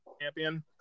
champion